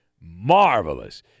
marvelous